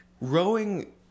Rowing